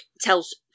tells